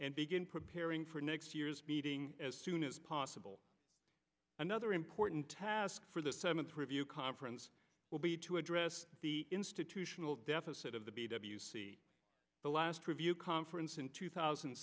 and begin preparing for next year's meeting as soon as possible another important task for the seventh review conference will be to address the institutional deficit of the b w c the last review conference in two thousand